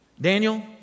Daniel